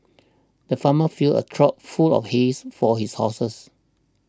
the farmer filled a trough full of his for his horses